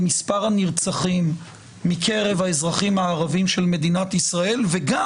מספר הנרצחים מקרב האזרחים הערביים של מדינת ישראל וגם